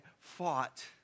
fought